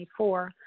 2024